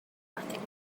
nothing